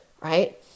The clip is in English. right